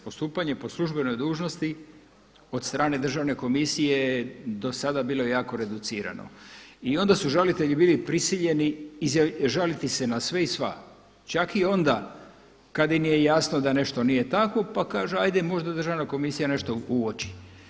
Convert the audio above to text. Postupanje po službenoj dužnosti od strane Državne komisije je do sada bilo jako reducirano i onda su žalitelji bili prisiljeni žaliti se na sve i sva, čak i onda kada im je jasno da nešto nije tako, pa kaže – hajde možda državna komisija nešto uoči.